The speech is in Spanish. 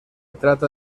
trata